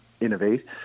innovate